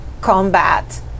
combat